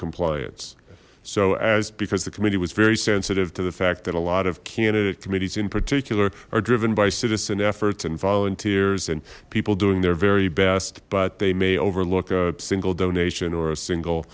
compliance so as because the committee was very sensitive to the fact that a lot of candidate committees in particular are driven by citizen efforts and volunteers and people doing their very best but they may overlook a single donation or a single